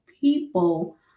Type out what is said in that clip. people